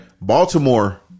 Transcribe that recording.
Baltimore